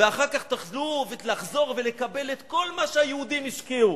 ואחר כך תוכלו לחזור ולקבל את כל מה שהיהודים השקיעו.